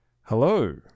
Hello